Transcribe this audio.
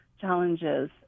challenges